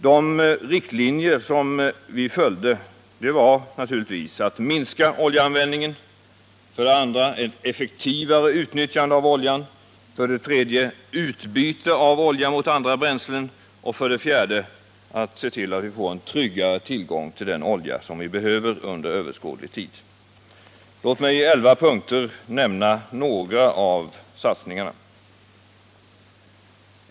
De riktlinjer som vi följde var naturligtvis för det första att minska oljeanvändningen, för det andra att utnyttja oljan effektivare, för det tredje att byta olja mot andra bränslen och för det fjärde att se till att vi får en tryggad tillgång till den olja som vi behöver under överskådlig tid. Låt mig i ett tiotal punkter nämna några av satsningarna. 1.